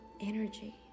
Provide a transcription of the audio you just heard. Energy